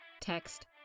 Text